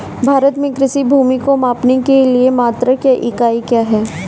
भारत में कृषि भूमि को मापने के लिए मात्रक या इकाई क्या है?